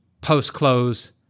post-close